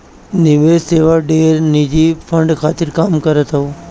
निवेश सेवा ढेर निजी फंड खातिर काम करत हअ